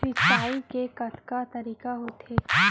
सिंचाई के कतका तरीक़ा होथे?